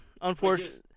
Unfortunately